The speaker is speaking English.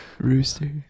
Rooster